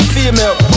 female